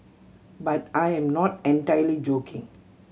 but I am not entirely joking